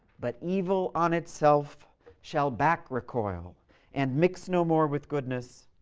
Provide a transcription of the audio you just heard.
but evil on itself shall back recoil and mix no more with goodness,